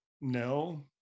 No